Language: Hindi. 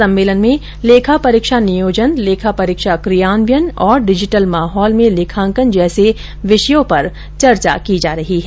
सम्मेलन में लेखा परीक्षा नियोजन लेखा परीक्षा क्रियान्वयन और डिजिटल माहौल में लेखांकन जैसे विषयों पर चर्चा की जा रही है